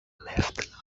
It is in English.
left